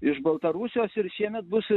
iš baltarusijos ir šiemet bus